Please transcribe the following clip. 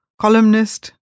columnist